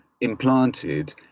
implanted